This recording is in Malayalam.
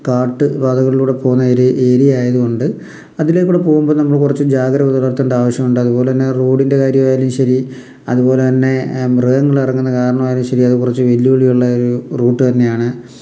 കാട്ട് പാതകളിലൂടെ പോകുന്ന ഏരിയ ഏറിയ ആയതുകൊണ്ട് അതിലേക്കൂടെ പോകുമ്പോൾ നമ്മൾ കുറച്ച് ജാഗ്രത പുലർത്തേണ്ട ആവശ്യമുണ്ട് അതുപോലെ തന്നെ റോഡിൻ്റെ കാര്യം ആയാലും ശരി അതുപോലെ തന്നെ മൃഗങ്ങൾ ഇറങ്ങുന്ന കാരണം ആയാലും ശരി അത് കുറച്ച് വെല്ലുവിളിയുള്ള ഒരു റൂട്ട് തന്നെയാണ്